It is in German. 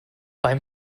beim